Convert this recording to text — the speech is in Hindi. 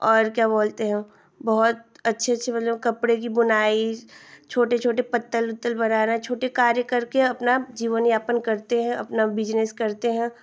और क्या बोलते हैं बहुत अच्छे अच्छे मतलब कपड़े की बुनाई छोटे छोटे पत्तल उत्तल बनाना छोटे कार्य करके अपना जीवन यापन करते हैं अपना बिज़नेस करते हैं